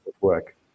work